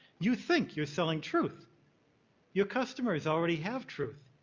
you think you're selling truth your customers already have truth.